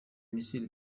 misiri